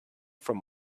from